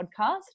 podcast